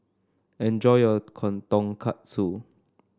enjoy your Tonkatsu